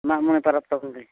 ᱢᱟᱟᱜ ᱢᱚᱬᱮ ᱯᱟᱨᱟᱵᱽ ᱛᱟᱵᱚ ᱜᱮ